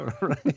right